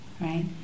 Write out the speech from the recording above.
right